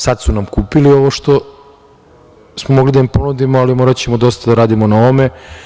Sad su nam kupili ovo što smo mogli da im ponudimo, ali moraćemo dosta da radimo na ovome.